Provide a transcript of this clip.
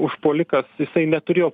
užpuolikas jisai neturėjo